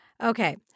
Okay